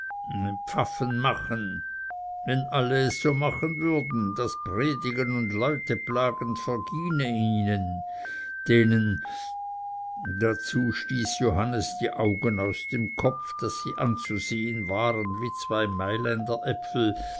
machen wenn alle es so machen würden das predigen und leuteplagen verginge ihnen denen dazu stieß johannes die augen aus dem kopf daß sie anzusehen waren wie zwei